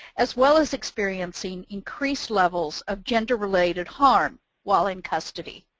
as well as experiencing increased levels of gender-related harm while in custody.